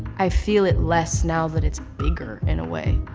i feel it less now that it's bigger, in a way.